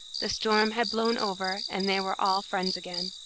the storm had blown over, and they were all friends again.